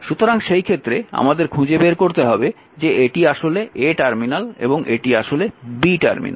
সুতরাং সেই ক্ষেত্রে আমাদের খুঁজে বের করতে হবে যে এটি আসলে a টার্মিনাল এবং এটি আসলে b টার্মিনাল